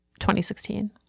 2016